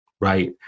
Right